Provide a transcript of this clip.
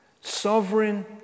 sovereign